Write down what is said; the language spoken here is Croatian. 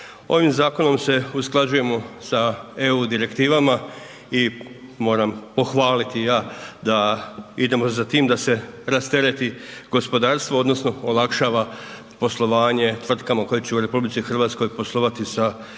Ovim zakonom se usklađujemo sa EU direktivama i moram pohvaliti ja da idemo za tim da se rastereti gospodarstvo odnosno olakšava poslovanje tvrtkama koje će u RH poslovati sa